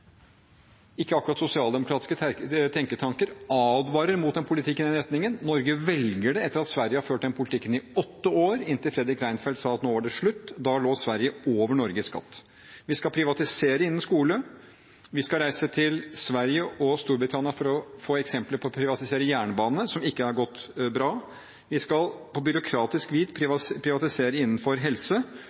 ikke akkurat sosialdemokratiske tenketanker – advarer mot en politikk i den retningen. Norge velger det, etter at Sverige har ført den politikken i åtte år, inntil Fredrik Reinfeldt sa at nå var det slutt. Da lå Sverige over Norge i skatt. Vi skal privatisere innen skole. Vi skal reise til Sverige og Storbritannia for å få eksempler på privatisering av jernbane, som ikke har gått bra. Vi skal på byråkratisk vis privatisere innenfor helse,